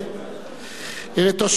לתושבי הארץ הזאת.